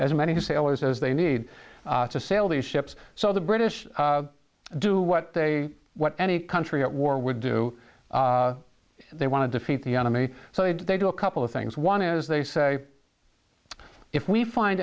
as many sailors as they need to sail these ships so the british do what they what any country at war would do they want to defeat the enemy so they do a couple of things one is they say if we find